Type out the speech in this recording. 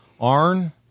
Arn